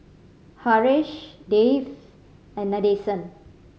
Haresh Dev and Nadesan